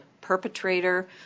perpetrator